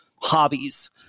hobbies